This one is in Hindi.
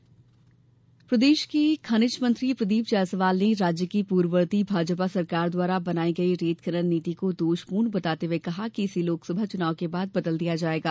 खनन नीति मध्यप्रदेश के खनिज मंत्री प्रदीप जायसवाल ने राज्य की पूर्ववर्ती भाजपा सरकार द्वारा बनाई गई रेत खनन नीति को दोष पूर्ण बताते हुए कहा कि इसे लोकसभा चुनाव के बाद बदल दिया जायेगा